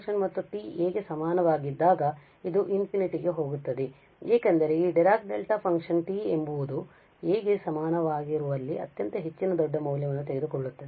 ಮತ್ತು t a ಗೆ ಸಮನಾಗಿದ್ದಾಗ ಇದು ∞ ಹೋಗುತ್ತದೆ ಏಕೆಂದರೆ ಈ ಡಿರಾಕ್ ಡೆಲ್ಟಾ ಫಂಕ್ಷನ್ t ಎಂಬುದು a ಗೆ ಸಮನಾಗಿರುವಲ್ಲಿ ಅತ್ಯಂತ ಹೆಚ್ಚಿನ ದೊಡ್ಡ ಮೌಲ್ಯವನ್ನು ತೆಗೆದುಕೊಳ್ಳುತ್ತದೆ